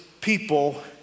people